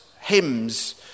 hymns